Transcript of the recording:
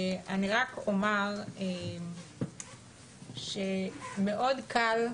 אני רק אומר שמאוד קל,